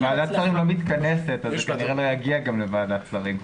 ועדת שרים לחקיקה לא מתכנסת אז זה כנראה גם לא יגיע לוועדת השרים.